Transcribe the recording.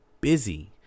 busy